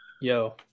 Yo